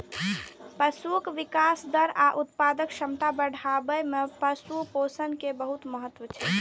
पशुक विकास दर आ उत्पादक क्षमता बढ़ाबै मे पशु पोषण के बहुत महत्व छै